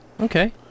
Okay